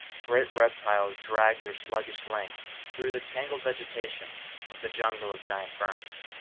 great reptiles dragged their sluggish length through the tangled vegetation of the jungle of giant ferns.